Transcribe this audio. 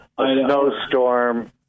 Snowstorm